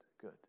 good